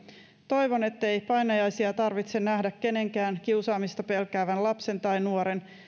toivon ettei painajaisia tarvitse nähdä kenenkään kiusaamista pelkäävän lapsen tai nuoren